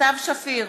סתיו שפיר,